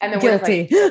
Guilty